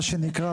מה שנקרא,